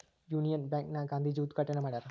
Union bank ನ ಗಾಂಧೀಜಿ ಉದ್ಗಾಟಣೆ ಮಾಡ್ಯರ